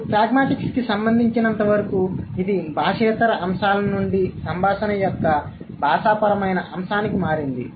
మరియు ప్రాగ్మాటిక్స్కి సంబంధించినంతవరకు ఇది భాషేతర అంశాల నుండి సంభాషణ యొక్క భాషాపరమైన అంశానికి మారింది